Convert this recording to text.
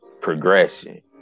progression